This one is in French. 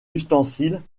ustensiles